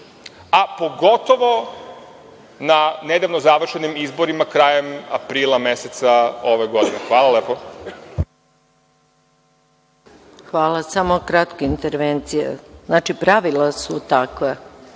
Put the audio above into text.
a pogotovo na nedavno završenim izborima krajem aprila meseca ove godine. Hvala lepo. **Maja Gojković** Hvala. Samo kratka intervencija. Znači, pravila su takva